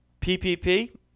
PPP